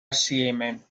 assieme